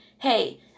Hey